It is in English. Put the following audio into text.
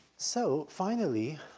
so finally,